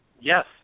Yes